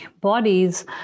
bodies